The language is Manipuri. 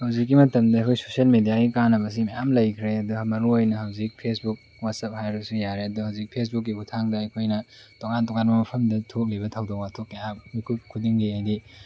ꯍꯧꯖꯤꯛꯀꯤ ꯃꯇꯝꯗ ꯑꯩꯈꯣꯏ ꯁꯣꯁꯦꯜ ꯃꯦꯗꯤꯌꯥꯒꯤ ꯀꯥꯟꯅꯕꯁꯤ ꯃꯌꯥꯝ ꯂꯩꯈ꯭ꯔꯦ ꯑꯗꯣ ꯃꯔꯨ ꯑꯣꯏꯅ ꯍꯧꯖꯤꯛ ꯐꯦꯁꯕꯨꯛ ꯋꯥꯆꯦꯞ ꯍꯥꯏꯔꯁꯨ ꯌꯥꯔꯦ ꯑꯗꯣ ꯍꯧꯖꯤꯛ ꯐꯦꯁꯕꯨꯛꯀꯤ ꯈꯨꯠꯊꯥꯡꯗ ꯑꯩꯈꯣꯏꯅ ꯇꯣꯉꯥꯟ ꯇꯣꯉꯥꯟꯕ ꯃꯐꯝꯗ ꯊꯣꯛꯂꯤꯕ ꯊꯧꯗꯣꯛ ꯋꯥꯊꯣꯛ ꯀꯌꯥ ꯃꯤꯀꯨꯞ ꯈꯨꯗꯤꯡꯒꯤ ꯍꯥꯏꯗꯤ